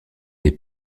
les